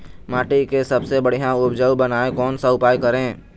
माटी के सबसे बढ़िया उपजाऊ बनाए कोन सा उपाय करें?